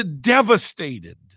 devastated